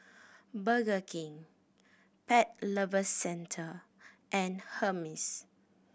Burger King Pet Lovers Centre and Hermes